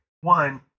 One